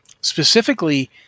Specifically